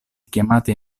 chiamati